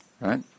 right